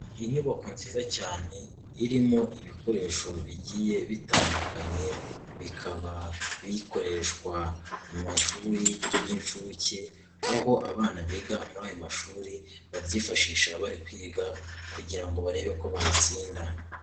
Inyubako nziza cyane irimo ibikoresho bigiye bitandukanye bikaba bikoreshwa mu mashuri y'incuke, aho abana biga muri ayo mashuri babyifashisha bari kwiga kugira ngo barebe ko batsinda.